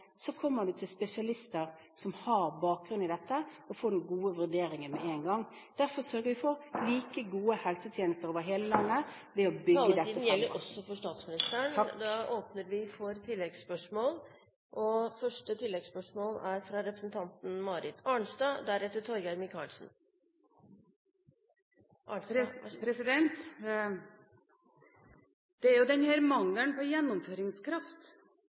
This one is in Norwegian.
kommer til spesialister som har bakgrunn i dette, og at man får den gode vurderingen med en gang . Derfor sørger vi for like gode helsetjenester over hele landet ved å bygge dette … Taletiden gjelder også for statsministeren. Da åpner vi for oppfølgingsspørsmål – først Marit Arnstad. Det er